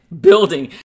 building